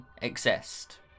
exist